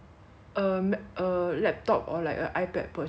a ma~ a laptop or like a ipad purchase eh